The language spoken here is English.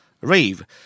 rave